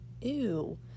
ew